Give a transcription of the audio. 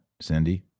Cindy